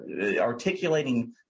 articulating